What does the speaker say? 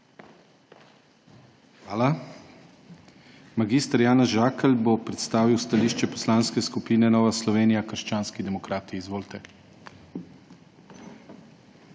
Hvala. Mag. Janez Žakelj bo predstavil stališče Poslanske skupine Nova Slovenija – krščanski demokrati. Izvolite.